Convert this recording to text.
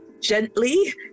gently